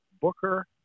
Booker